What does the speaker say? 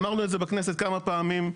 אמרנו את זה בכנסת כמה פעמים,